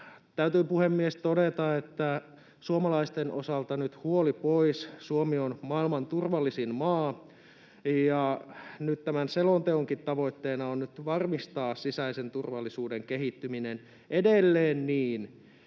Täytyy, puhemies, todeta, että suomalaisten osalta nyt huoli pois. Suomi on maailman turvallisin maa. Nyt tämän selonteonkin tavoitteena on varmistaa sisäisen turvallisuuden kehittyminen edelleen niin,